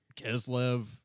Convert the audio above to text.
Keslev